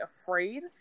afraid